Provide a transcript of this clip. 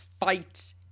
fight